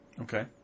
Okay